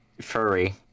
furry